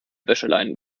wäscheleinen